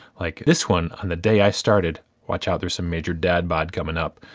like this one on the day i started. watch out, there's some major dad-bod coming up.